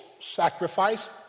sacrifice